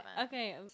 Okay